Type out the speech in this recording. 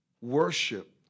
worship